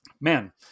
man